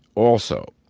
also,